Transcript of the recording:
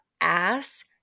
ass